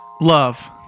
love